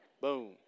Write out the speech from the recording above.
boom